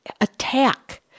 attack